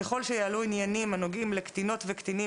ככל שיעלו עניינים הנוגעים לקטינות וקטינים